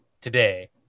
today